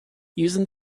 using